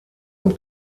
und